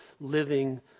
living